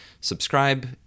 subscribe